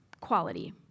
quality